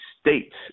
states